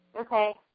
Okay